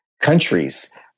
countries